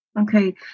Okay